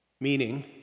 meaning